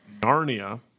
Narnia